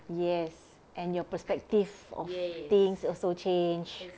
yes and your perspective of things also change